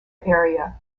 area